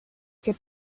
che